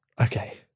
Okay